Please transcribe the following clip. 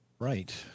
Right